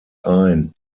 ein